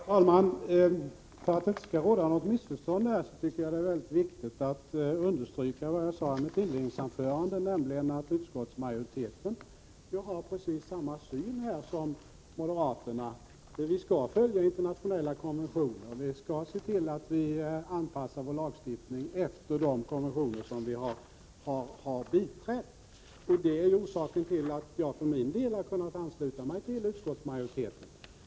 Herr talman! För att det inte skall råda något missförstånd här tycker jag att det är väldigt viktigt att understryka vad jag sade i mitt inledningsanförande, nämligen att utskottsmajoriteten ju har precis samma syn som moderaterna, att vi skall följa internationella konventioner och se till att vi anpassar vårlagstiftning efter de konventioner som vi har biträtt. Det är orsaken till att jag för min del har kunnat ansluta mig till utskottsmajoriteten.